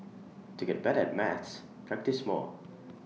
to get better maths practise more